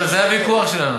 המדינה, באה לאחר,